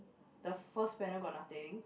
the first panel got nothing